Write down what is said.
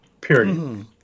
period